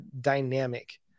dynamic